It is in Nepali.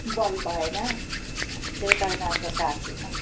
बल्ब भएन त्यही कारणले अर्को साट्छु म